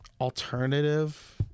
alternative –